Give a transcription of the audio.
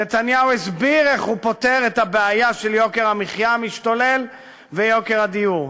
נתניהו הסביר איך הוא פותר את הבעיה של יוקר המחיה המשתולל ויוקר הדיור.